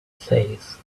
says